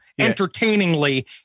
entertainingly